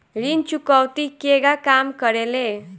ऋण चुकौती केगा काम करेले?